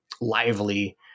lively